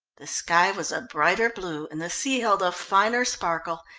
the sky was a brighter blue and the sea held a finer sparkle,